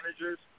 managers